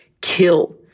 kill